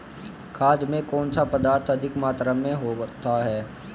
खाद में कौन सा पदार्थ अधिक मात्रा में होता है?